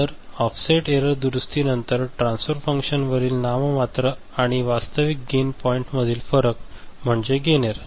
तर offset error दुरुस्तीनंतर transfer फंक्शनवरील नाममात्र आणि वास्तविक गेन पॉईंट्समधील फरक म्हणजे गेन एरर